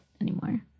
anymore